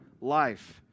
life